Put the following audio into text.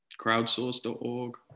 Crowdsource.org